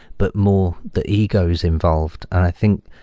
but more the egos involved. i think,